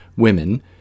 women